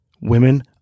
Women